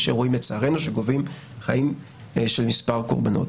יש אירועים לצערנו שגובים חיים של מספר קורבנות.